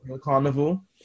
carnival